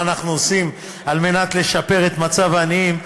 אנחנו עושים על מנת לשפר את מצב העניים,